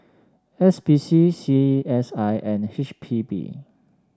S P C C S I and H P B